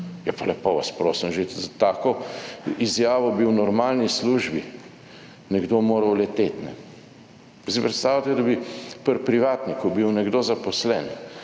ja, pa lepo vas prosim, že s tako izjavo bi v normalni službi nekdo moral leteti. Ali si predstavljate, da bi pri privatniku bil nekdo zaposlen,